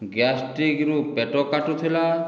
ଗ୍ୟାଷ୍ଟ୍ରିକରୁ ପେଟ କାଟୁଥିଲା